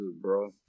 bro